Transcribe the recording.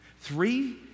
three